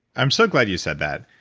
i'm so glad you said that.